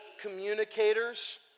communicators